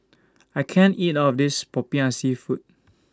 I can't eat All of This Popiah Seafood